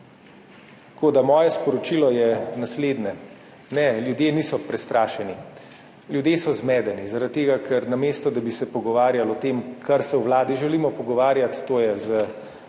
izvajate. Moje sporočilo je naslednje. Ne, ljudje niso prestrašeni, ljudje so zmedeni zaradi tega, ker namesto, da bi se pogovarjali o tem, o čemer se v vladi želimo pogovarjati, to je o